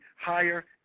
Higher